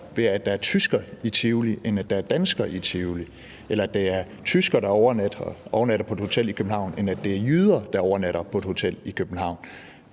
ved, at der er danskere i Tivoli, eller at smittefaren er større ved, at det er tyskere, der overnatter på et hotel i København, end ved, at det er jyder, der overnatter på et hotel i København.